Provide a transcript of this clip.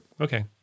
Okay